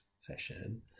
session